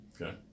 Okay